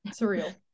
surreal